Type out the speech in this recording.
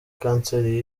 kanseri